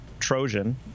Trojan